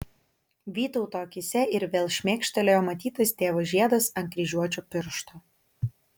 vytauto akyse ir vėl šmėkštelėjo matytas tėvo žiedas ant kryžiuočio piršto